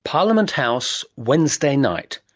parliament house, wednesday night,